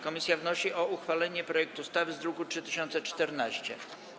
Komisja wnosi o uchwalenie projektu ustawy z druku nr 3014.